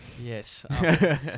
Yes